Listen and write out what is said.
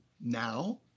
now